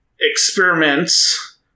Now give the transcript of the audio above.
experiments